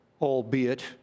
albeit